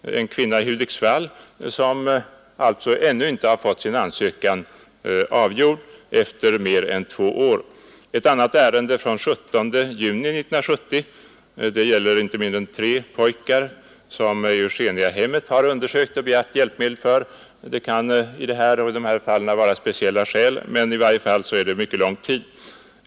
Det gäller en kvinna i Hudiksvall, som alltså ännu inte har fått sin ansökan avgjord efter mer än två år. Ett annat ärende från den 17 juni 1970 gäller inte mindre än tre pojkar, som Eugeniahemmet har undersökt och begärt hjälpmedel för. Ett ärende från den 19 januari 1971 gäller en man i Malmö vars ansökan ännu icke är avgjord.